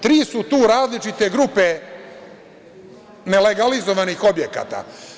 Tri su tu različite grupe nelegalizovanih objekata.